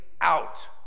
out